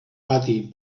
pati